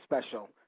special